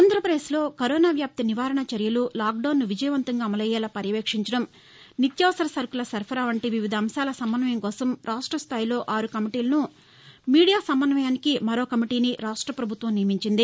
ఆంధ్రప్రదేశ్లో కరోనా వ్యాప్తి నివారణ చర్యలు లాక్డౌన్ను విజయవంతంగా అమలయ్యేలా పర్యవేక్షించడం నిత్యావసర సరకుల సరఫరా వంటి వివిధ అంశాల సమన్వయం కోసం రాష్టస్థాయిలో ఆరు కమిటీలను మీడియా సమన్వయానికి మరో కమిటీని రాష్ట పభుత్వం నియమించింది